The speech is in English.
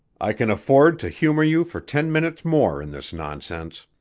i can afford to humor you for ten minutes more in this nonsense.